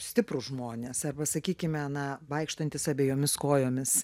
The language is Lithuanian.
stiprūs žmonės arba sakykime na vaikštantys abiejomis kojomis